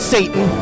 Satan